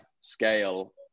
scale